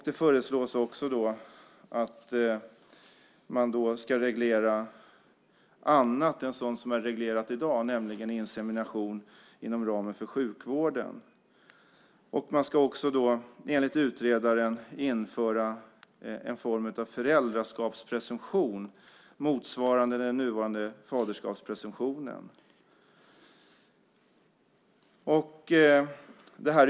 Det föreslås också att man ska reglera annat än sådant som är reglerat i dag, nämligen insemination inom ramen för sjukvården. Man ska enligt utredaren också införa en form av föräldraskapspresumtion motsvarande den nuvarande faderskapspresumtionen.